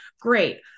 great